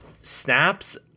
snaps